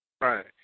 Right